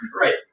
Right